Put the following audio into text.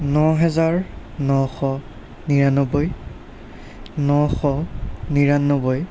ন হেজাৰ নশ নিৰান্নব্বৈ নশ নিৰান্নব্বৈ